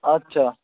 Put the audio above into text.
আচ্ছা